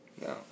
No